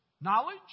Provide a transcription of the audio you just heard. knowledge